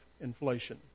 inflation